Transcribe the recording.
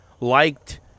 liked